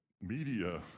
media